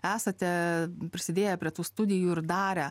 esate prisidėję prie tų studijų ir darę